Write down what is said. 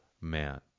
man